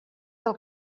del